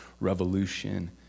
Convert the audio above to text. revolution